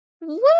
Woo